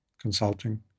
consulting